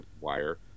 wire